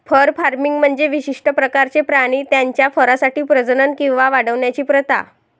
fur farming म्हणजे विशिष्ट प्रकारचे प्राणी त्यांच्या फरसाठी प्रजनन किंवा वाढवण्याची प्रथा